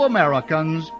Americans